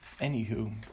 Anywho